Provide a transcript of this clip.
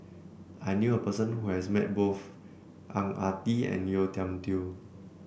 I knew a person who has met both Ang Ah Tee and Yeo Tiam Tiew